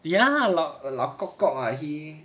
ya 老老 kok kok ah he